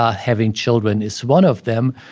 ah having children is one of them.